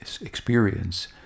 experience